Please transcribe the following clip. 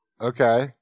Okay